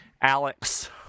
Alex